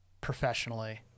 professionally